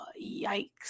yikes